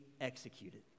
executed